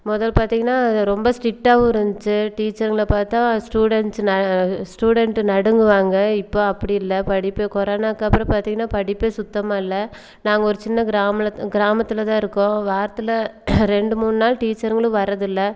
முதல் பார்த்தீங்கன்னா ரொம்ப ஸ்டிட்டாகவும் இருந்துச்சு டீச்சருங்களை பார்த்தா ஸ்டூடெண்ட்ஸ் ந ஸ்டூடெண்ட்டு நடுங்குவாங்க இப்போ அப்படி இல்லை படிப்பு கொரோனாவுக்கு அப்புறம் பார்த்தீங்கன்னா படிப்பே சுத்தமாக இல்லை நாங்கள் ஒரு சின்ன கிராமல கிராமத்தில்தான் இருக்கோம் வாரத்தில் ரெண்டு மூணு நாள் டீச்சருங்களும் வர்றதுல்லை